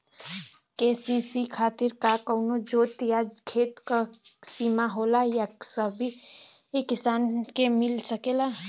KCC खातिर का कवनो जोत या खेत क सिमा होला या सबही किसान के मिल सकेला?